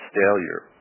failure